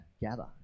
gather